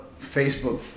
Facebook